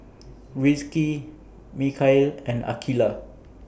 Rizqi Mikhail and Aqeelah